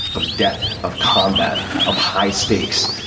of death, of combat, of high stakes.